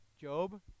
Job